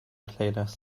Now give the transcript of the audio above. playlist